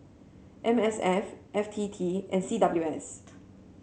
M S F F T T and C W S